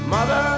Mother